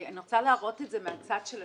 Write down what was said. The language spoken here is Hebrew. אני רוצה להראות את זה מהצד של השטח,